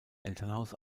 elternhaus